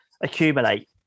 accumulate